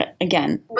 Again